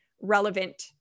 relevant